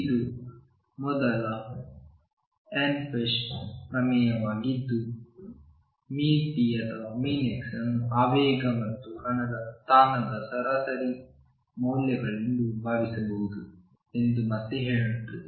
ಇದು ಮೊದಲ ಎಹ್ರೆನ್ಫೆಸ್ಟ್ ಪ್ರಮೇಯವಾಗಿದ್ದು ⟨p⟩ ಅಥವಾ ⟨x⟩ ಅನ್ನು ಆವೇಗ ಮತ್ತು ಕಣದ ಸ್ಥಾನದ ಸರಾಸರಿ ಮೌಲ್ಯಗಳೆಂದು ಭಾವಿಸಬಹುದು ಎಂದು ಮತ್ತೆ ಹೇಳುತ್ತದೆ